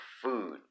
food